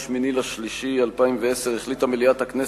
8 במרס 2010,